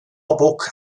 bock